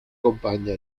compagna